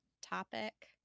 topic